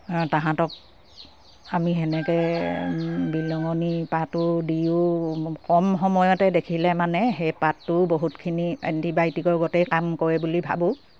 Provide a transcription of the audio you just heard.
তাহাঁতক আমি সেনেকে বিহলঙনি পাতো দিও কম সময়তে দেখিলে মানে সেই পাতটো বহুতখিনি এণ্টিবায়'টিকৰ গতেই কাম কৰে বুলি ভাবোঁ